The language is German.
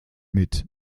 mit